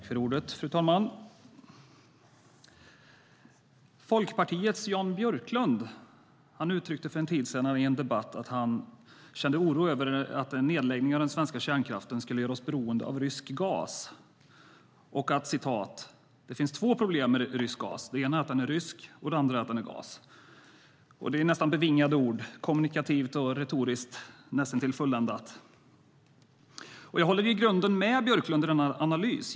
Fru talman! Folkpartiets Jan Björklund uttryckte för en tid sedan i en debatt att han kände oro över att en nedläggning av den svenska kärnkraften skulle göra oss beroende av rysk gas och sade: "Det finns två problem med rysk gas; det ena är att den är rysk, det andra är att det är gas." Det är nästan bevingade ord och kommunikativt och retoriskt näst intill fulländat! Jag håller i grunden med Björklund om denna analys.